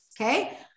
Okay